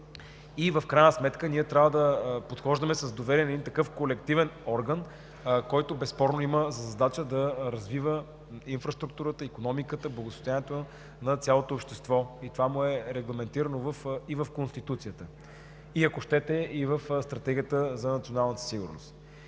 В крайна сметка трябва да подхождаме с доверие към един такъв колективен орган, който безспорно има за задача да развива инфраструктурата, икономиката, благосъстоянието на цялото общество и това му е регламентирано – и в Конституцията, ако щете и в Стратегията за националната сигурност.